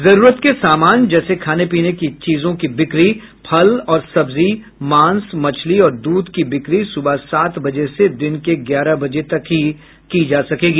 जरूरत के सामानों जैसे खाने पीने की चीजों की बिक्री फल और सब्जी मांस मछली और द्ध की बिक्री सुबह सात बजे से दिन के ग्यारह बजे तक ही की जा सकेगी